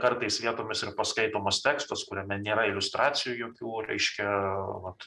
kartais vietomis ir paskaitomas tekstas kuriame nėra iliustracijų jokių reiškia vat